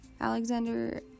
alexander